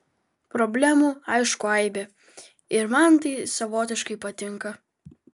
problemų aišku aibė ir man tai savotiškai patinka